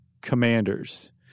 commanders